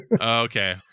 Okay